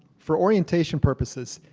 for orientation purposes,